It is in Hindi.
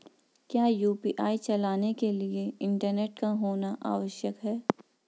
क्या यु.पी.आई चलाने के लिए इंटरनेट का होना आवश्यक है?